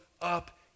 up